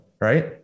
right